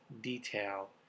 detail